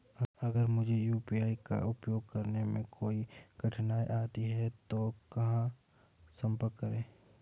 अगर मुझे यू.पी.आई का उपयोग करने में कोई कठिनाई आती है तो कहां संपर्क करें?